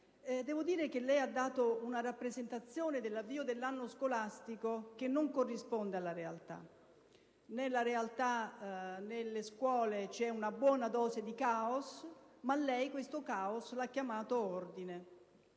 dovere. Lei ha dato una rappresentazione dell'avvio dell'anno scolastico che non corrisponde alla realtà. Nella realtà, nelle scuole, c'è una buona dose di caos, ma lei questo caos l'ha chiamato ordine,